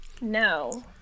no